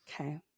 Okay